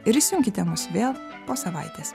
ir įsijunkite mus vėl po savaitės